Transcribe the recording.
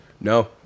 No